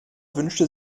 wünschte